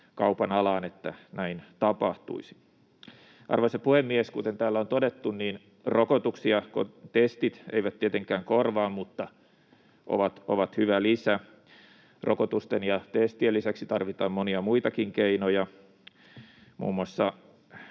kaupan alaan, että näin tapahtuisi. Arvoisa puhemies! Kuten täällä on todettu, rokotuksia testit eivät tietenkään korvaa, mutta ne ovat hyvä lisä. Rokotusten ja testien lisäksi tarvitaan monia muitakin keinoja, muun muassa